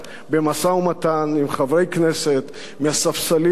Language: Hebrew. חברי כנסת מהספסלים האחוריים של קדימה?